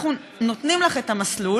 אנחנו נותנים לך את המסלול,